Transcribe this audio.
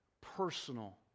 personal